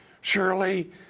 surely